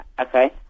Okay